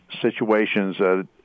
situations